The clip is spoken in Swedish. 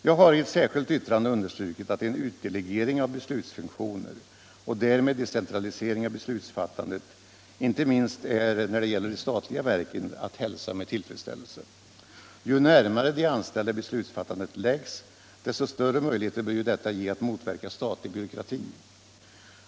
Jag har i ett särskilt yttrande understrukit att en utdelegering av beslutsfunktioner och därmed decentralisering av beslutsfattandet inte minst när det gäller de statliga verken är att hälsa med tillfredsställelse. Ju närmare de anställda beslutsfattandet läggs, desto större bör ju möjligheterna bli att motverka statlig byråkrati.